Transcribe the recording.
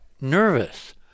nervous